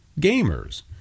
Gamers